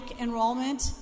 enrollment